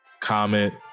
comment